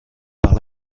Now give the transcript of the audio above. par